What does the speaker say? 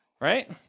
right